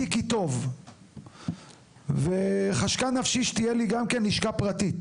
כי טוב וחשקה נפשי שתהיה לי גם לשכה פרטית,